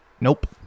Nope